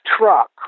truck